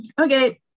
Okay